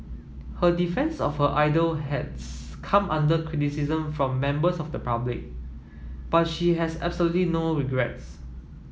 her defence of her idol has come under criticism from members of the public but she has absolutely no regrets